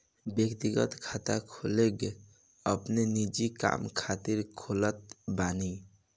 व्यक्तिगत खाता लोग अपनी निजी काम खातिर खोलत बाने